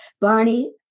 Barney